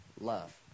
love